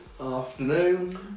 afternoon